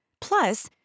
Plus